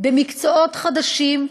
במקצועות חדשים,